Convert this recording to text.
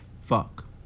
Fuck